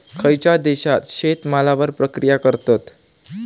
खयच्या देशात शेतमालावर प्रक्रिया करतत?